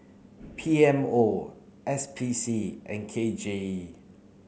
P M O S P C and K J E